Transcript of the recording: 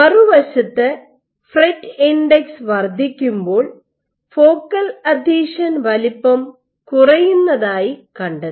മറുവശത്ത് ഫ്രെറ്റ് ഇൻഡെക്സ് വർദ്ധിക്കുമ്പോൾ ഫോക്കൽ അഥീഷൻ വലുപ്പം കുറയുന്നതായി കണ്ടെത്തി